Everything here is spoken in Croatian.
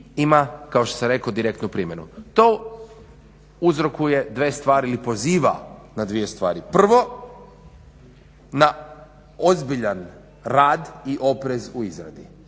ima kao što sam rekao direktnu pravnu primjenu. To uzrokuje dvije stvari ili poziva na dvije stvari. Prvo, na ozbiljan rad i oprez u izradi.